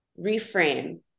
reframe